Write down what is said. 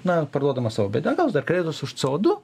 na parduodamas savo biodegalus dar kreditus už c o du